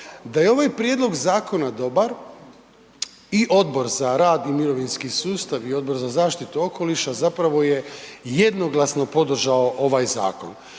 Da je ovaj prijedlog zakona dobar i Odbor za rad i mirovinski sustav i Odbor za zaštitu okoliša zapravo je jednoglasno podržao ovaj zakon,